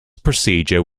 procedure